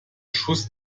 schuss